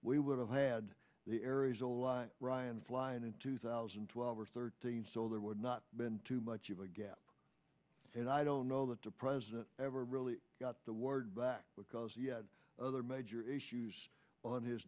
we would have had the aries aligned ryan flying in two thousand and twelve or thirteen so there would not been too much of a gap and i don't know that the president ever really got the word back because he had other major issues on his